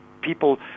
people